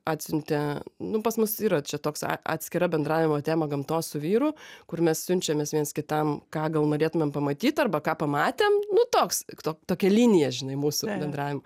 atsiuntė nu pas mus yra čia toks atskira bendravimo tema gamtos su vyru kur mes siunčiamės viens kitam ką gal norėtumėm pamatyt arba ką pamatėm nu toks tok tokia linija žinai mūsų bendravimo